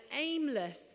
aimless